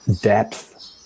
depth